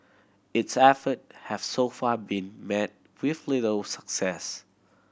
its effort have so far been met with little success